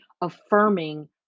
affirming